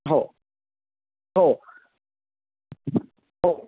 हो हो हो